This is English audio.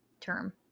term